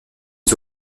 les